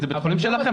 זה בית חולים שלכם,